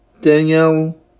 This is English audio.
Danielle